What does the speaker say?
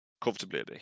Comfortably